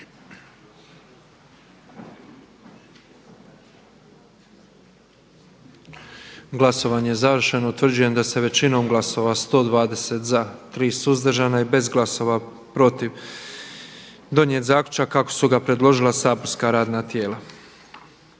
Glasovanje je završeno. Utvrđujem da je većinom glasova 88 za, 30 suzdržanih i s 4 glasova protiv donijet zaključak kako su ga predložila saborska radna tijela.